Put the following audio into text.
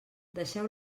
deixeu